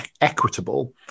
equitable